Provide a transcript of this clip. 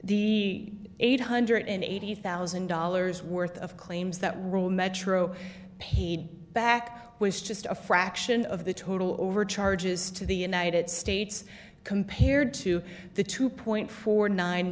the eight hundred and eighty thousand dollars worth of claims that rule metro paid back was just a fraction of the total over charges to the united states compared to the two million four